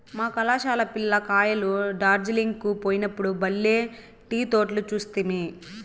మా కళాశాల పిల్ల కాయలు డార్జిలింగ్ కు పోయినప్పుడు బల్లే టీ తోటలు చూస్తిమి